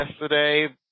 yesterday